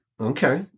Okay